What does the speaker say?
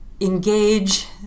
engage